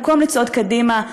במקום לצעוד קדימה,